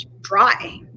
dry